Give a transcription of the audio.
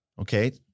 okay